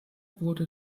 wurde